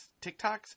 TikToks